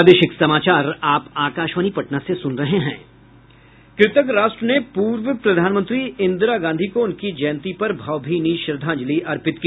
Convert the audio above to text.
कृतज्ञ राष्ट्र ने पूर्व प्रधानमंत्री इन्दिरा गांधी को उनकी जयन्ती पर भावभीनी श्रद्धांजलि अर्पित की